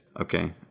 Okay